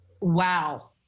Wow